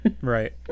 right